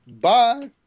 Bye